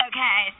Okay